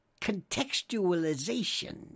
contextualization